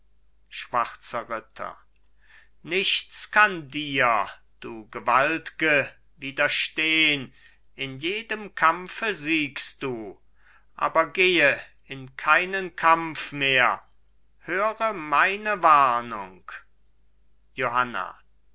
schwarzer ritter nichts kann dir du gewaltge widerstehn in jedem kampfe siegst du aber gehe in keinen kampf mehr höre meine warnung johanna